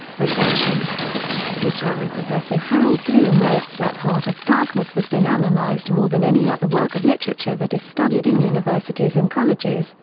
reception literary professor harold bloom writes that heart of darkness has been analyzed more than any other work of literature that is studied in universities and colleges,